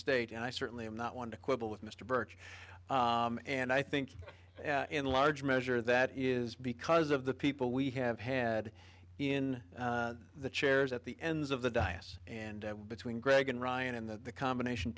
state and i certainly am not one to quibble with mr birch and i think in large measure that is because of the people we have had in the chairs at the ends of the dice and between greg and ryan and that the combination